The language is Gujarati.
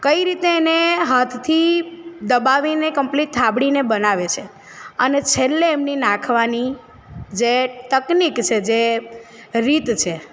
કઈ રીતે એને હાથથી દબાવીને કમ્પ્લીટ થાબડીને બનાવે છે અને છેલ્લે એમની નાંખવાની જે તકનીક છે જે રીત છે